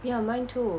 ya mine too